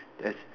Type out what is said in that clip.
as